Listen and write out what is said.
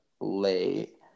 late